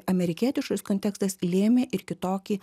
amerikietiškas kontekstas lėmė ir kitokį